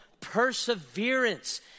Perseverance